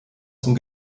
zum